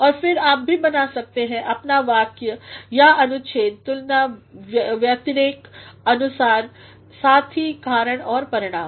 और फिर आप भी बना सकते हैं अपना वाक्य या अनुच्छेद तुलना व्यतिरेक के अनुसार साथ ही साथ कारण और परिणाम